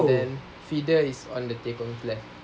and then feeder is on the tekong's left